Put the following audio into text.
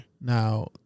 Now-